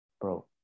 bro